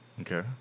Okay